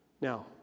Now